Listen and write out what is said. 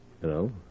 Hello